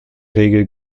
regel